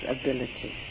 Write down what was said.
ability